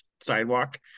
sidewalk